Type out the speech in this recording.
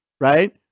right